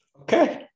Okay